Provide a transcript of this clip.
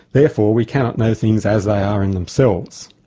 therefore, we cannot know things as they are in themselves.